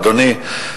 אדוני,